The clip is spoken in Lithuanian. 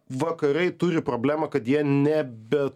vakarai turi problemą kad jie ne be